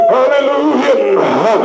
Hallelujah